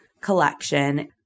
collection